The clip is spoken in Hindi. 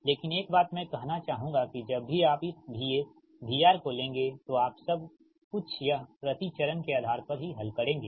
लेकिन एक बात मैं कहना चाहूँगा कि जब भी आप इस VSVR को लेंगे तो आप सब कुछ यह प्रति चरण के आधार पर ही हल करेंगे